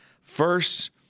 first